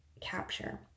capture